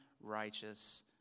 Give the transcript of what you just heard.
righteous